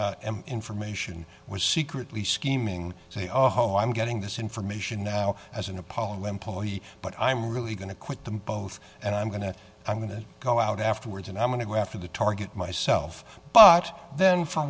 the information was secretly scheming say oh i'm getting this information now as an apollo employee but i'm really going to quote them both and i'm going to i'm going to go out afterwards and i'm going to go after the target myself but then for